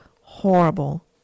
horrible